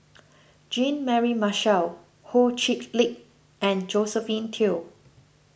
Jean Mary Marshall Ho Chee Lick and Josephine Teo